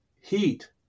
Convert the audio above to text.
heat